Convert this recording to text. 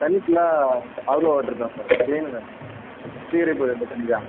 தண்ணி ஃபுல்லா RO water தான் சார் க்ளீனு தான் சார் ப்யூரிட் இதுப் பண்ணிருக்காங்க